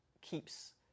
keeps